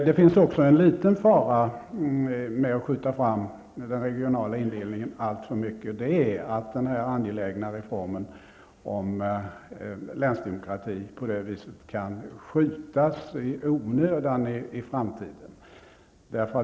Det finns också en liten fara med att skjuta fram den regionala indelningen alltför mycket, nämligen att den här angelägna reformen beträffande länsdemokrati på det viset i onödan kan skjutas på framtiden.